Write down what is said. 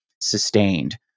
sustained